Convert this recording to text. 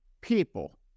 people